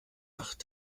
acht